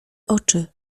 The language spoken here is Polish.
oczy